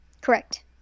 correct